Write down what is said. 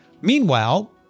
Meanwhile